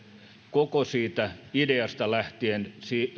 koko siitä ideasta lähtien